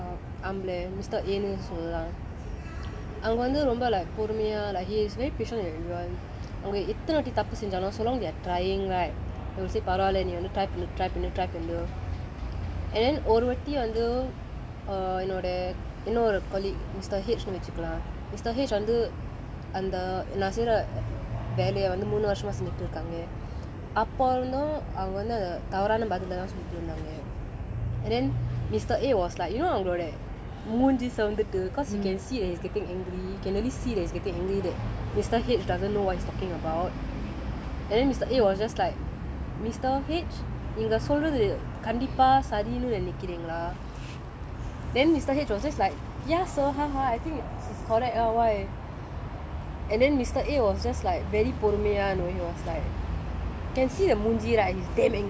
நான் என்னோட:naan ennoda manager வந்து:vanthu like ஒரு ஆம்பள:oru aambala mister a னு சொல்லலாம் அவங்க வந்து:nu sollalaam avanga vanthu like பொறுமையா:porumayaa like he is very pision everyone அவங்க எத்தன வாட்டி தப்பு செஞ்சாலும்:avanga ethana vaatti thappu senjaalum so long they are trying right say பரவால நீ:paravala nee try பண்ணு:pannu try பண்ணு:pannu try பண்ணு:pannu and then ஒரு வாட்டி வந்து:oru vaatti vanthu err என்னோட இன்னொரு:ennoda innoru colleague mister H னு வச்சிக்கலாம்:nu vachikkalaam mister H வந்து அந்த நான் செய்ற வேலைய வந்து மூணு வருசமா செஞ்சிட்டு இருக்காங்க அப்ப இருந்தும் அவங்க வந்து தவறான பதில தான் சொல்லிட்டு இருந்தாங்க:vanthu antha naan seyra velaya vanthu moonu varusama senjittu irukkaanga appa irunthum avanga vanthu thavaraana pathila thaan sollittu irunthaanga then mister a was like you know அவங்களுடைய மூஞ்சி செவந்துட்டு:avangaludaya moonji sevanthittu cause you can see that he's getting angry can really see he's getting angry that mister H doesn't know what he's talking and then mister a was just like mister H நீங்க சொல்றது கண்டிப்பா சரின்னு நேனைக்குறீங்கலா:neenga solrathu kandippa sarinnu nenaikkureengala then mister H was just like ya sir haha I think is correct ah why and then mister a was just like very பொறுமையா:porumayaa know he was like